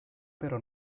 però